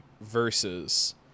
versus